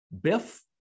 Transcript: biff